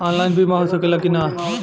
Online बीमा हो सकेला की ना?